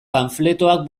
panfletoak